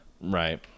right